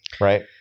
right